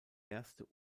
erste